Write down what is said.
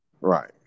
Right